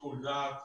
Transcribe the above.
בשיקול דעת,